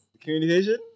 Communication